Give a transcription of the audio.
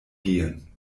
gehen